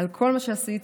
על כל מה שעשית,